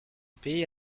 pays